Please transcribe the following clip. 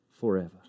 forever